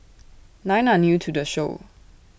nine are new to the show